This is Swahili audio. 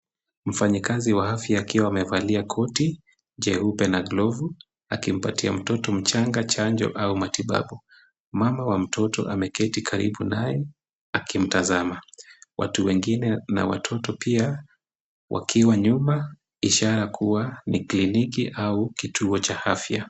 Mfanyikazi wa afya akiwa amevalia koti jeupe na glovu, akimpatia mtoto mchanga chanjo au matibabu. Mama wa mtoto ameketi karibu naye akimtazama. Watu wengine na watoto pia wakiwa nyuma, ishara kuwa ni kliniki au kituo cha afya.